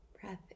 breath